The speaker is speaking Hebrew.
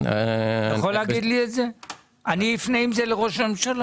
אני יבוא עם זה לראש הממשלה.